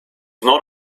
not